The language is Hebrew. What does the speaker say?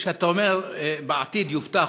כשאתה אומר שבעתיד יובטח,